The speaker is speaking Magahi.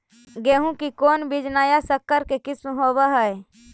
गेहू की कोन बीज नया सकर के किस्म होब हय?